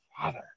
father